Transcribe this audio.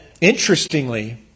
Interestingly